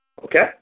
Okay